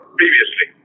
previously